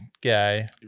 guy